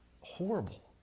horrible